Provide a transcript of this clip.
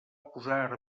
posar